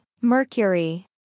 Mercury